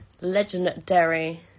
Legendary